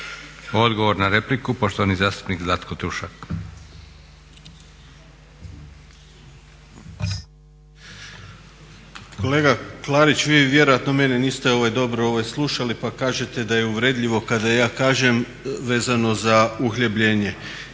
(Hrvatski laburisti - Stranka rada)** Kolega Klarić vi vjerojatno mene niste dobro slušali pa kažete da je uvredljivo kada ja kažem vezano za uhljebljenje.